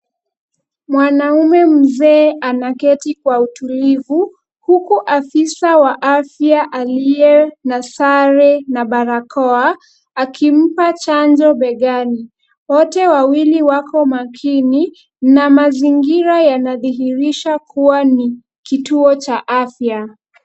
Mwanaume mzee anaketi kwa utulivu, huku afisa wa afya aliye na sare na barakoa akimpa chanjo begani. Wote wawili wako makini na mazingira yanadhihirisha kuwa ni kituo cha afya.